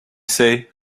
say